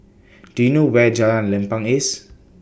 Do YOU know Where Jalan Lempeng IS